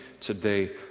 today